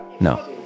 no